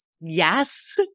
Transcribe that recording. Yes